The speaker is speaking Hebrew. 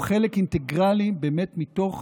הוא חלק אינטגרלי באמת מתוך